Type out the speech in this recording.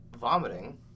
vomiting